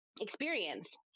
experience